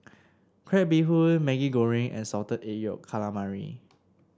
Crab Bee Hoon Maggi Goreng and Salted Egg Yolk Calamari